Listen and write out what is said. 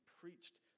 preached